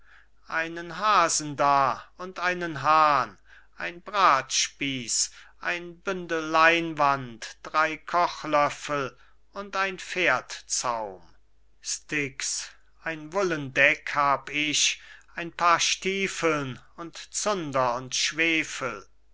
einen hasen da und einen hahn ein bratspieß ein bündel leinwand drei kochlöffel und ein pferdzaum sticks ein wullen deck hab ich ein paar stiefeln und zunder und schwefel